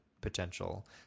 potential